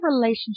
relationship